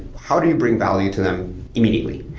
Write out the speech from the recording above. how do you bring value to them immediately?